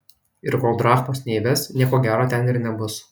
ir kol drachmos neįves nieko gero ten ir nebus